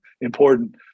important